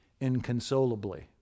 inconsolably